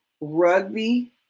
rugby